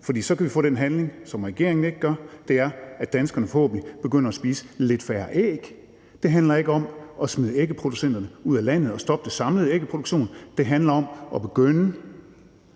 for så kan vi få den handling, som regeringen ikke leverer, altså at danskerne forhåbentlig begynder at spise lidt færre æg. Det handler ikke om at smide ægproducenterne ud af landet og stoppe den samlede ægproduktion. Det handler om at begynde